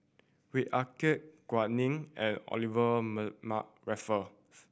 Ah Kay Gao Ning and Olivia Raffle